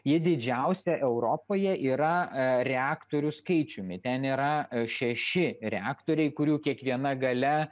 ji didžiausia europoje yra reaktorių skaičiumi ten yra šeši reaktoriai kurių kiekviena galia